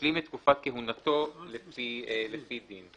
ישלים את תקופת כהונתו לפי דין."